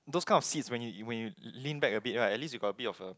those kind of seats when you when you lean back abit right at least you get abit of